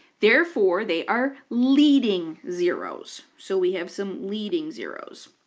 therefore, they are leading zeroes. so we have some leading zeroes.